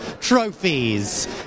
trophies